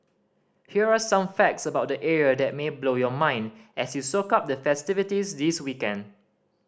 here are some facts about the area that may blow your mind as you soak up the festivities this weekend